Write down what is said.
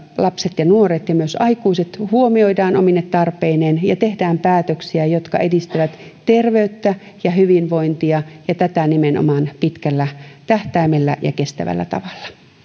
lapset ja nuoret ja myös aikuiset huomioidaan omine tarpeineen ja tehdään päätöksiä jotka edistävät terveyttä ja hyvinvointia ja nimenomaan pitkällä tähtäimellä ja kestävällä tavalla